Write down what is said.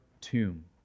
tomb